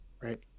right